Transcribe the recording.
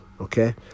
okay